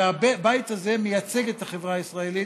והבית הזה מייצג את החברה הישראלית,